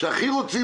כאן: